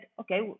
okay